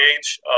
age